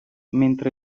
mentre